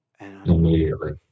Immediately